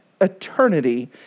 eternity